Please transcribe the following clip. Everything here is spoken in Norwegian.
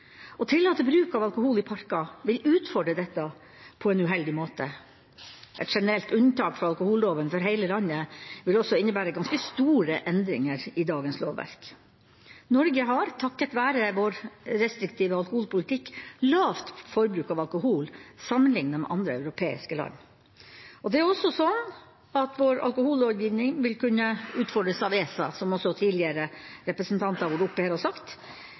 Å tillate bruk av alkohol i parker vil utfordre dette på en uheldig måte. Et generelt unntak fra alkoholloven for hele landet vil også innebære ganske store endringer i dagens lovverk. Norge har, takket være sin restriktive alkoholpolitikk, lavt forbruk av alkohol sammenliknet med andre europeiske land. Det er også slik at vår alkohollovgivning vil kunne utfordres av ESA, som også tidligere representanter har vært oppe her og sagt.